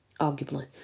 arguably